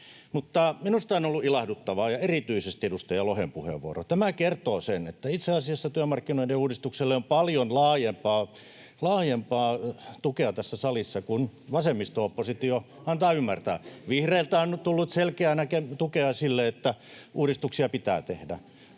Minusta on ollut ilahduttavaa erityisesti edustaja Lohen puheenvuoro. Tämä kertoo sen, että itse asiassa työmarkkinoiden uudistukselle on tässä salissa paljon laajempaa tukea kuin vasemmisto-oppositio antaa ymmärtää. Vihreiltä on nyt tullut selkeää tukea sille, että uudistuksia pitää tehdä.